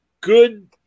Good